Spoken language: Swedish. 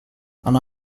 han